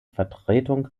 vertretung